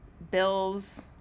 bills